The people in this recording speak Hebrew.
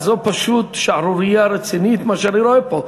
זו פשוט שערורייה רצינית מה שאני רואה פה.